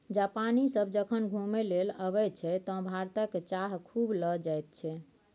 जापानी सभ जखन घुमय लेल अबैत छै तँ भारतक चाह खूब लए जाइत छै